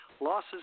losses